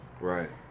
Right